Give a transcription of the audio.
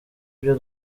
byo